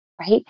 right